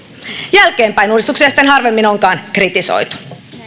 jälkeenpäin uudistuksia sitten harvemmin onkaan kritisoitu